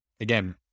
Again